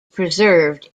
preserved